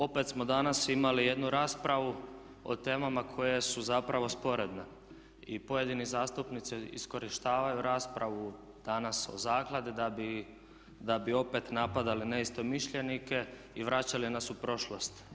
Opet smo danas imali jednu raspravu o temama koje su zapravo sporedne i pojedini zastupnici iskorištavaju raspravu danas o zakladi da bi opet napadali neistomišljenike i vraćali nas u prošlost.